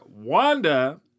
Wanda